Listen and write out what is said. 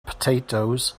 potatoes